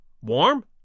Warm